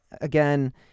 again